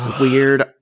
weird